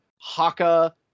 Haka